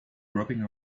dropping